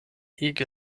ege